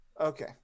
Okay